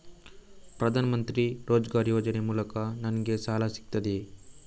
ಪ್ರದಾನ್ ಮಂತ್ರಿ ರೋಜ್ಗರ್ ಯೋಜನೆ ಮೂಲಕ ನನ್ಗೆ ಸಾಲ ಸಿಗುತ್ತದೆಯೇ?